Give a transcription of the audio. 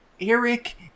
Eric